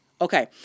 Okay